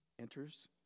Enters